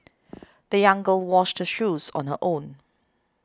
the young girl washed her shoes on her own